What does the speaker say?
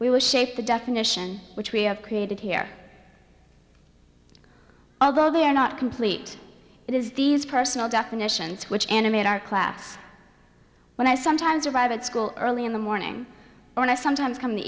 we will shape the definition which we have created here although they are not complete it is these personal definitions which animate our class when i sometimes arrive at school early in the morning and i sometimes come in the